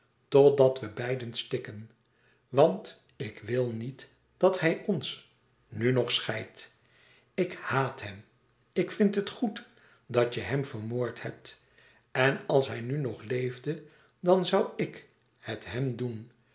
totdat we beiden stikken want ik wil niet dat hij ons nu nog scheidt ik haat hem ik vind het goed dat je hem vermoord hebt en als hij nu nog leefde dan zoû ik het hem doen